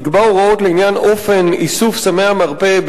יקבע הוראות לעניין אופן איסוף סמי המרפא"